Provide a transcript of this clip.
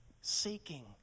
seeking